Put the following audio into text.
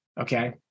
Okay